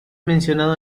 mencionado